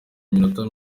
iminota